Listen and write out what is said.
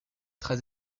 très